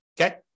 okay